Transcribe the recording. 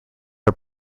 are